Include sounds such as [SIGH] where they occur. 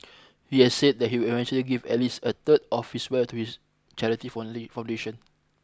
he has said that he will eventually give at least a third of his wealth to his charity [UNINTELLIGIBLE] foundation